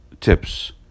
tips